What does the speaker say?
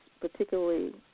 particularly